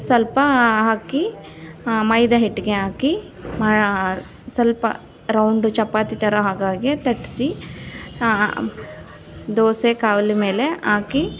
ಸ್ವಲ್ಪ ಹಾಕಿ ಮೈದ ಹಿಟ್ಟಿಗೆ ಹಾಕಿ ಸ್ವಲ್ಪ ರೌಂಡ್ ಚಪಾತಿ ಥರ ಆಗಾಗೆ ತಟ್ಟಿಸಿ ದೋಸೆ ಕಾವಲಿ ಮೇಲೆ ಹಾಕಿ